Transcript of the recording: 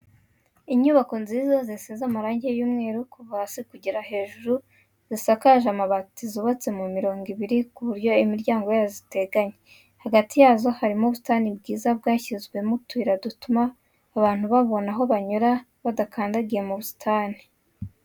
Inyubako nziza zisize amarangi y'umweru kuva hasi kugera hejuru zisakaje amabati zubatse mu mirongo ibiri ku buryo imiryango yazo iteganye, hagati yazo harimo ubusitani bwiza bwashyizwemo utuyira dutuma abantu babona aho banyura badakandagiye mu busitani.